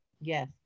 Yes